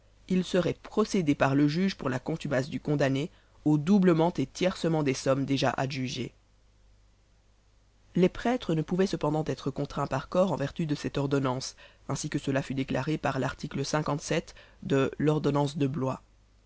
il serait procédé par le juge pour la contumace du condamné au doublement et tiercement des sommes déjà adjugées les prêtres ne pouvaient cependant être contraints par corps en vertu de cette ordonnance ainsi que cela fut déclaré par l'art de l'ordonnance de blois